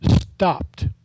stopped